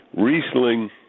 Riesling